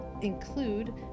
include